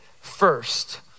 first